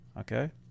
Okay